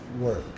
work